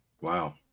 Wow